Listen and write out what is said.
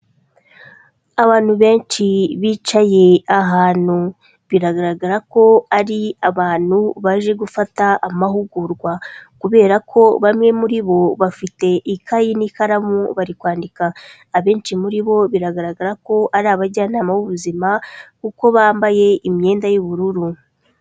Abantu benshi bicaye ahantu, biragaragara ko ari abantu baje gufata amahugurwa, kubera ko bamwe muri bo bafite ikayi n'ikaramu bari kwandika. Abenshi muri bo biragaragara ko ari abajyanama b'ubuzima, kuko bambaye imyenda y'ubururu.